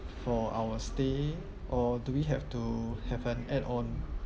for our stay or do we have to have an add-on